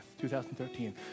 2013